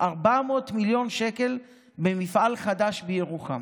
400 מיליון שקל במפעל חדש בירוחם.